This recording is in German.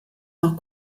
noch